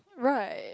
right